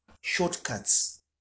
shortcuts